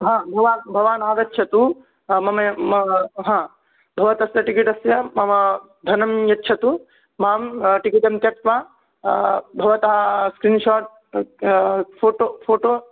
हा भुवा भवान् आगच्छतु मम ए मा हा भवतस्य टिकेटस्य मम धनं यच्छतु मां टिकेटं त्यक्त्वा भवता स्क्रिन् शाट् इत्या फ़ोटो फ़ोटो